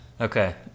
Okay